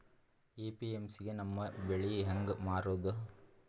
APMC ಗೆ ನಮ್ಮ ಬೆಳಿ ಹೆಂಗ ಮಾರೊದ?